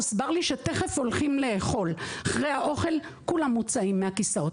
הוסבר לי שתכף הולכים לאכול ואחרי האוכל כולם מוצאים מהכיסאות.